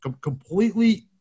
completely